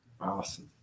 Awesome